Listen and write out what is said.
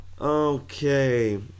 Okay